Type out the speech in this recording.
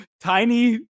tiny